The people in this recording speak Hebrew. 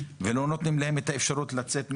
ולא נותנים להם את האפשרות לצאת מנתב"ג.